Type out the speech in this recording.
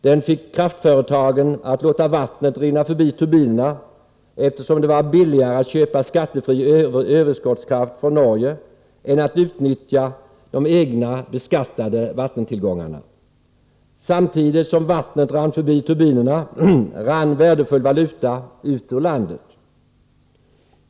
Den fick kraftföretagen att låta vattnet rinna förbi turbinerna, eftersom det var billigare att köpa skattefri överskottskraft från Norge än att utnyttja de egna beskattade vattentillgångarna. Samtidigt som vattnet rann förbi turbinerna rann värdefull valuta ut ur landet.